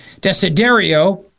Desiderio